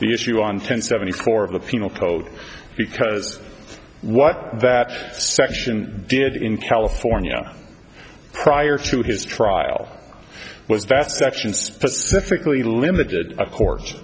the issue on ten seventy four of the penal code because what that section did in california prior to his trial was that section specifically limited